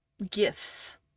gifts